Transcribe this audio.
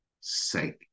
sake